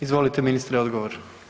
Izvolite ministre odgovor.